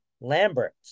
Lambert